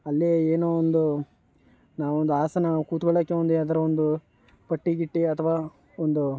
ಅಲ್ಲಿ ಏನೋ ಒಂದು ನಾ ಒಂದು ಆಸನ ಕೂತ್ಕೊಳ್ಳೋಕ್ಕೆ ಒಂದು ಯಾವ್ದರ ಒಂದು ಪಟ್ಟಿ ಗಿಟ್ಟಿ ಅಥ್ವಾ ಒಂದು